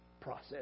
Process